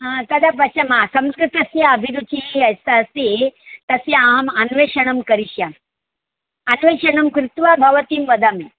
हा तदा पश्यामः संस्कृतस्य अभिरुचिः यस्य अस्ति तस्य आम् अन्वेषणं करिष्यामि अन्वेषणं कृत्वा भवतीं वदामि